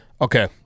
Okay